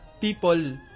people